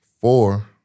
Four